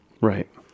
Right